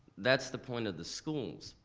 that's the point of the schools.